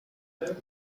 peine